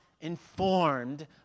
informed